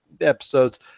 episodes